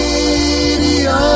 Radio